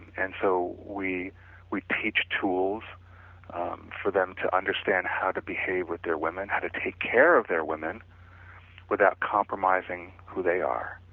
and so, we we teach tools for them to understand how to behave with their women, how to take care of their women without compromising who they are,